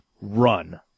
run